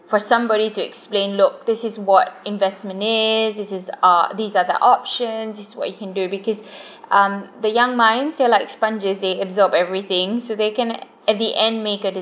for somebody to explain look this is what investment is these is are these is are the options this is what you can do because um the young minds they’re like sponges they absorb everything so they can at the end make a